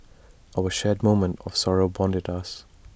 our shared moment of sorrow bonded us